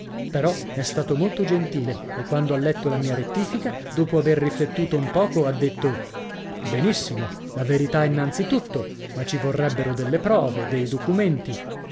però è stato molto gentile e quando ha letto la mia rettifica dopo aver riflettuto un poco ha detto benissimo la verità innanzi tutto ma ci vorrebbero delle prove dei documenti